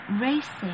Racing